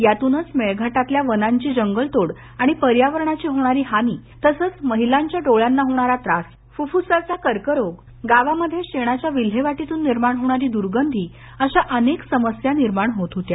यातुनच मेळघाटातील वनाची जंगल तोड आणि पर्यावरणाची होणारी हानी महिलांच्या डोळ्यांना होणारा त्रास फुफ्फुसाचा कॅन्सर गावामध्ये शेणाच्या विल्हेवाटितुन निर्माण होणारी दुर्गंधी अशा अनेक समस्या निर्माण होत होत्या